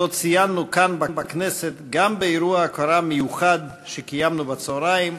שציינו כאן בכנסת גם באירוע הוקרה מיוחד שקיימנו בצהריים,